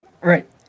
right